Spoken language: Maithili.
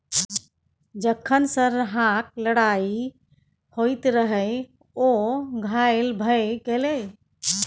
जखन सरहाक लड़ाइ होइत रहय ओ घायल भए गेलै